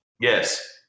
Yes